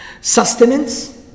sustenance